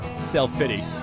self-pity